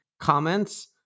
comments